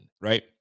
right